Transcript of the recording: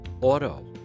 auto